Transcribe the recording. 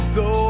go